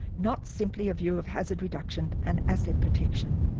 not simply a view of hazard reduction and asset protection.